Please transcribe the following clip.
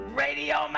radio